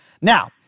Now